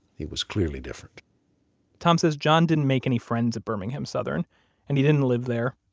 he was clearly different tom says john didn't make any friends at birmingham southern and he didn't live there.